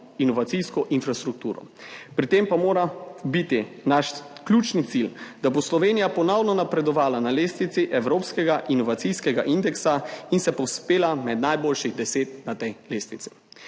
inovacijsko infrastrukturo. Pri tem pa mora biti naš ključni cilj, da bo Slovenija ponovno napredovala na lestvici evropskega inovacijskega indeksa in se povzpela med najboljših deset na tej lestvici.